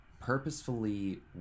purposefully